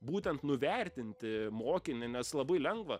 būtent nuvertinti mokinį nes labai lengva